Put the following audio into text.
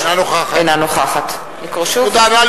אינה נוכחת תודה.